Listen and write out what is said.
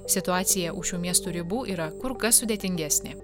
situacija už šių miestų ribų yra kur kas sudėtingesnė